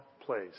place